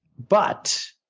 but